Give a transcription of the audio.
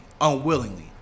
unwillingly